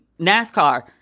NASCAR